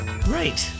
Great